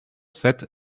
sept